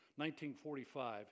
1945